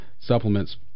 supplements